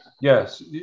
Yes